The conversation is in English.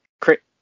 crit